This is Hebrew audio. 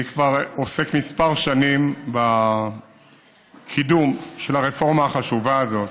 אני כבר עוסק כמה שנים בקידום של הרפורמה החשובה הזאת.